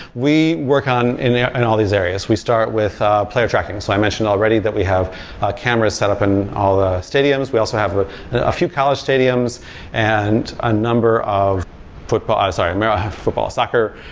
we work on in and all these areas. we start with ah player tracking, so i mentioned already that we have ah cameras set up in all the stadiums, we also have ah a few college stadiums and a number of football sorry, american football, soccer,